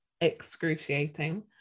excruciating